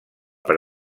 per